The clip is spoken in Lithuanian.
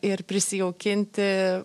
ir prisijaukinti